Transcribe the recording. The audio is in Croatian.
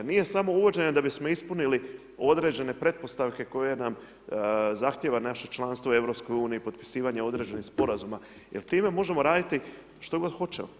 Nije samo uvođenje da bismo ispunili određene pretpostavke koje nam zahtjeva naše članstvo u EU, potpisivanje određenih sporazuma jer time možemo raditi što god hoćemo.